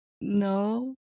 No